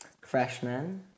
freshman